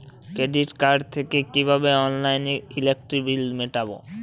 Credit card থেকে কিভাবে অনলাইনে ইলেকট্রিক বিল মেটাবো?